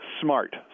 Smart